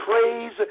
praise